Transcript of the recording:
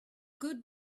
good